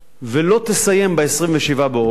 ולא תסיים ב-27 באוגוסט,